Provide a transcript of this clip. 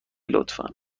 لطفا